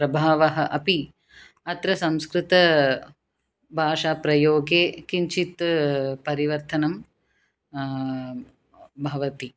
प्रभावः अपि अत्र संस्कृतभाषाप्रयोगे किञ्चित् परिवर्तनं भवति